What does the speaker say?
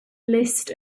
list